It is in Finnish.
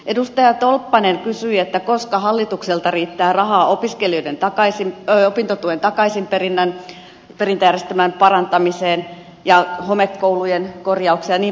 edustaja tolppanen kysyi koska hallitukselta riittää rahaa opiskelijoiden opintotuen takaisinperintäjärjestelmän parantamiseen ja homekoulujen korjauksiin jnp